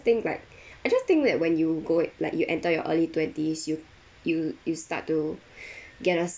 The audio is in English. think like I just think that when you go~ like you enter your early twenties you you you start to get a